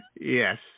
Yes